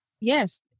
Yes